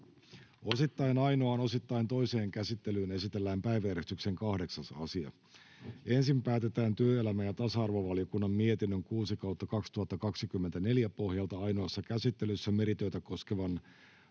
Osittain ainoaan, osittain toiseen käsittelyyn esitellään päiväjärjestyksen 8. asia. Ensin päätetään työelämä- ja tasa-arvovaliokunnan mietinnön TyVM 6/2024 vp pohjalta ainoassa käsittelyssä merityötä koskevan